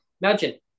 imagine